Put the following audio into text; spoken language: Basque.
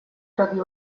zati